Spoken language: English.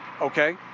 Okay